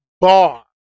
bar